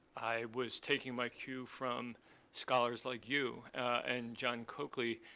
i was taking my cue from scholars like you and john coakley,